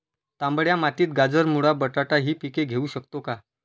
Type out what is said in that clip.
तांबड्या मातीत गाजर, मुळा, बटाटा हि पिके घेऊ शकतो का?